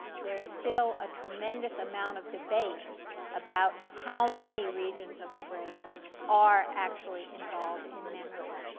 there is still a tremendous amount of debate about how many regions of the brain are actually involved in memory.